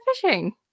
fishing